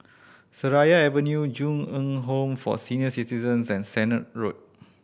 Seraya Avenue Ju Eng Home for Senior Citizens and Sennett Road